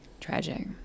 Tragic